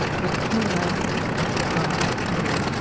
for the keen lance point must have gone right through,